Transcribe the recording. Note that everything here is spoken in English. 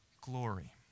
glory